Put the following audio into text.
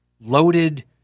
loaded